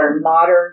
modern